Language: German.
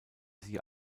sie